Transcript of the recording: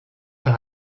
par